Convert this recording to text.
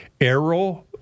Arrow